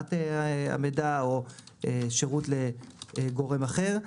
מכירת המידע או שירות לגורם אחר,